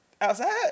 Outside